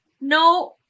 no